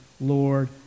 Lord